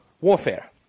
warfare